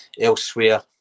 elsewhere